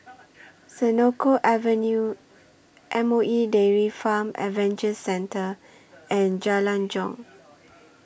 Senoko Avenue M O E Dairy Farm Adventure Centre and Jalan Jong